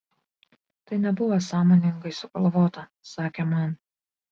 tai nebuvo sąmoningai sugalvota sakė man